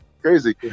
Crazy